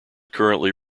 currently